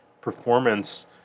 performance